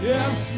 Yes